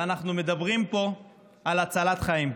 ואנחנו מדברים פה על הצלת חיים.